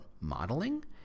modeling